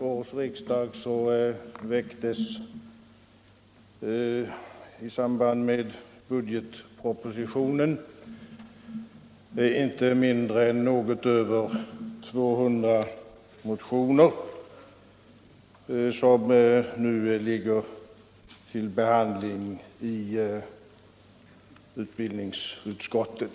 års riksdag väcktes i samband med budgetpropositionen något över 200 motioner som nu ligger för behandling i utbildningsutskottet.